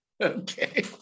Okay